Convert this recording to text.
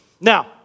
Now